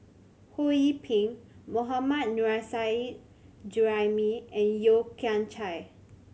Ho Yee Ping Mohammad Nurrasyid Juraimi and Yeo Kian Chai